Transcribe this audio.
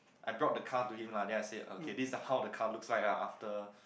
I brought the car to him lah then I say okay this is how the car looks like lah after